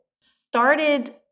started